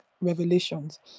revelations